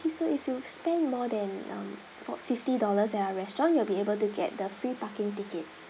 ~kay so if you've spent more than um four fifty dollars at our restaurant you will be able to get the free parking ticket